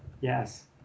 yes